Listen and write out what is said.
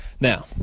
Now